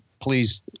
please